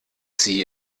sie